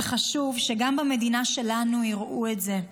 וחשוב שגם במדינה שלנו יראו את זה,